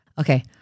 Okay